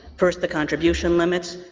first the contribution limits,